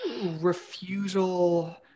refusal